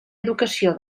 educació